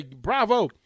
Bravo